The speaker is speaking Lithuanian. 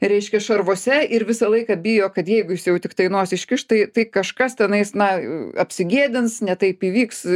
reiškia šarvuose ir visą laiką bijo kad jeigu jis jau tiktai nosį iškiš tai tai kažkas tenais na apsigėdins ne taip įvyks